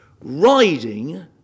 riding